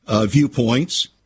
viewpoints